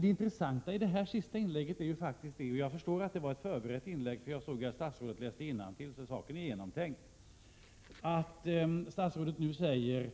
Det senaste inlägget förstår jag var förberett, för jag såg ju att statsrådet läste innantill, så saken/är genomtänkt. Det intressanta är då att statsrådet säger